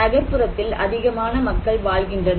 நகர்ப்புறத்தில் அதிகமான மக்கள் வாழ்கின்றனர்